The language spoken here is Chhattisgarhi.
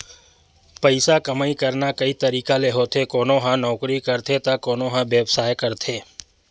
पइसा कमई करना कइ तरिका ले होथे कोनो ह नउकरी करथे त कोनो ह बेवसाय करथे